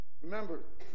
remember